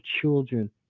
children